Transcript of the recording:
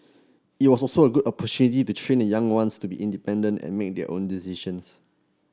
it was also a good opportunity to train the young ones to be independent and make their own decisions